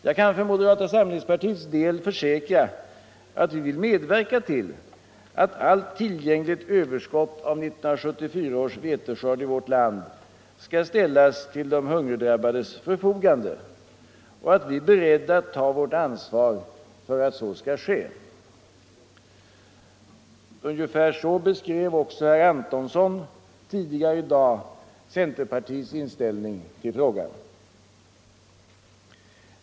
Jag kan för moderata samlingspartiets del försäkra att vi vill medverka till att allt tillgängligt överskott av 1974 års veteskörd i vårt land skall ställas till de hungerdrabbade folkens förfogande och att vi är beredda att ta vårt ansvar för att så skall ske. Ungefär så beskrev också herr Antonsson tidigare i dag centerpartiets inställning i denna fråga.